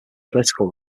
political